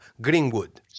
Greenwood